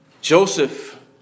Joseph